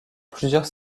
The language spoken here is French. plusieurs